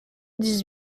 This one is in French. dix